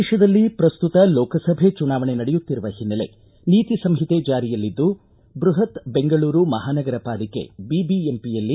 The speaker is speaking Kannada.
ದೇಶದಲ್ಲಿ ಪ್ರಸ್ತುತ ಲೋಕಸಭೆ ಚುನಾವಣೆ ನಡೆಯುತ್ತಿರುವ ಹಿನ್ನೆಲೆ ನೀತಿ ಸಂಹಿತೆ ಜಾರಿಯಲ್ಲಿದ್ದು ಬೃಹತ್ ಬೆಂಗಳೂರು ಮಹಾನಗರ ಪಾಲಿಕೆ ಬಿಬಿಎಂಪಿಯಲ್ಲಿ